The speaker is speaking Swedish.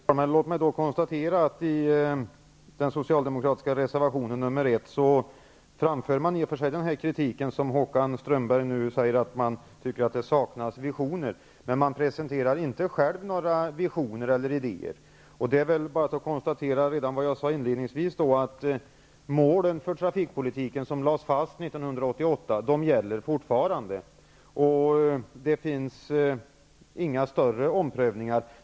Fru talman! Låt mig konstatera att man i den socialdemokratiska reservationen nr 1 i och för sig framför den kritik som Håkan Strömberg nu ger uttryck för. Man tycker att det saknas visioner, men man presenterar inte själv några visioner eller ideér. Som jag konstaterade inledningsvis gäller fortfarande de mål för trafikpolitiken som lades fast 1988. Det har inte gjorts några större omprövningar.